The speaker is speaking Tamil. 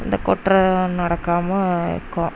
இந்த குற்றம் நடக்காமல் இருக்கும்